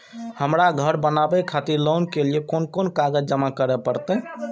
हमरा घर बनावे खातिर लोन के लिए कोन कौन कागज जमा करे परते?